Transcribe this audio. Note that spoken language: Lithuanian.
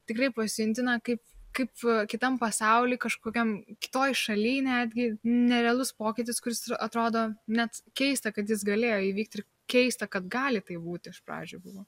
tikrai pasijunti na kaip kaip kitam pasauly kažkokiam kitoj šaly netgi nerealus pokytis kuris yra atrodo net keista kad jis galėjo įvykti ir keista kad gali taip būti iš pradžių buvo